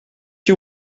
you